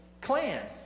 clan